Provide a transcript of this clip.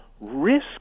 risk